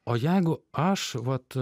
o jeigu aš vat